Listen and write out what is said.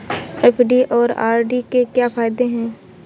FD और RD के क्या फायदे हैं?